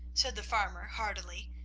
said the farmer heartily,